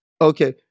Okay